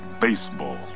baseball